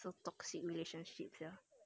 so toxic relationship ya